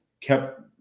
kept –